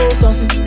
saucy